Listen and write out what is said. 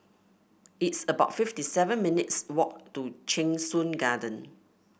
it's about fifty seven minutes' walk to Cheng Soon Garden